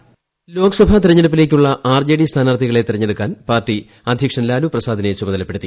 voice Lok Sabha തെരഞ്ഞെടുപ്പില്ലേക്കുള്ള RJD സ്ഥാനാർത്ഥികളെ തെരഞ്ഞെടുക്കാൻ ്പാർട്ടി അദ്ധ്യക്ഷൻ ലാലു പ്രസാദിനെ ചുമതലപ്പെടുത്തി